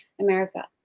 america